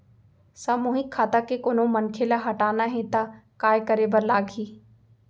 सामूहिक खाता के कोनो मनखे ला हटाना हे ता काय करे बर लागही?